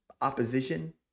opposition